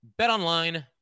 BetOnline